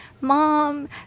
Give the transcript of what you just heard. mom